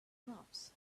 crops